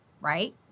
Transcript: right